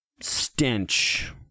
stench